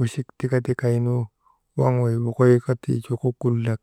kucikgu kaa, kochomborgu kaa.